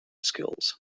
skills